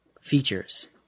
features